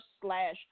slash